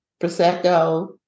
Prosecco